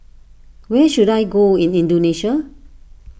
where should I go in Indonesia